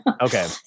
okay